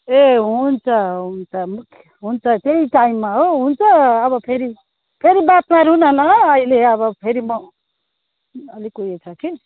ए हुन्छ हुन्छ हुन्छ त्यही टाइममा हो हुन्छ अब फेरि फेरि बात मारौँ न ल अहिले अब फेरि म अलिक उयो छ कि